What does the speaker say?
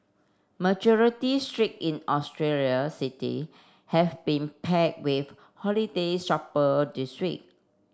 majority street in Australian city have been pack with holiday shopper this week